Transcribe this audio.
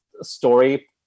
story